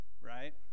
Right